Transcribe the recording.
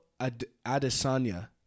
Adesanya